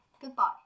goodbye